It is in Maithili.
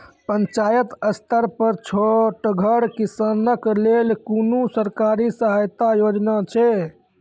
पंचायत स्तर पर छोटगर किसानक लेल कुनू सरकारी सहायता योजना छै?